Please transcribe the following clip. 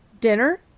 dinner